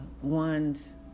one's